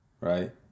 right